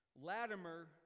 Latimer